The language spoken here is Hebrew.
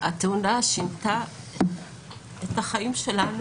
התאונה שינתה את החיים שלנו.